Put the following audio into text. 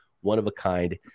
one-of-a-kind